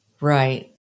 Right